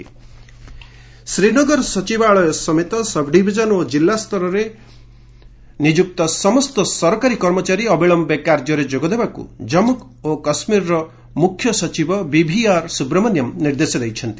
JK CS Srinagar ସଚିବାଳୟ ସମେତ subdivision ଓ କିଲ୍ଲା ସ୍ତରରେ ନିଯୁକ୍ତ ସମସ୍ତ ସରକାରୀ କର୍ମଚାରୀ ଅବିଳୟେ କାର୍ଯ୍ୟରେ ଯୋଗ ଦେବାକୃ ଜମ୍ମ ଓ କାଶ୍ମୀରର ମୁଖ୍ୟ ସଚିବ ବିଭିଆର୍ ସୁବ୍ରମଣ୍ୟମ୍ ନିର୍ଦ୍ଦେଶ ଦେଇଛନ୍ତି